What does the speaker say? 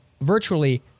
virtually